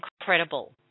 incredible